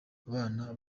bana